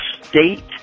state